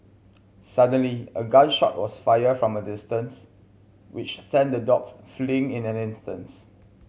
suddenly a gun shot was fired from a distance which sent the dogs fleeing in an instance